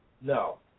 No